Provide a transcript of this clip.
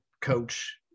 coach